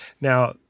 Now –